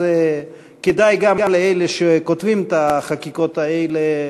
אז כדאי גם לאלה שכותבים את החקיקות האלה